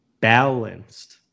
balanced